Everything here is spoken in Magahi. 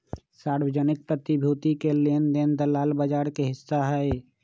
सार्वजनिक प्रतिभूति के लेन देन दलाल बजार के हिस्सा हई